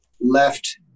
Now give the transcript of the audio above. left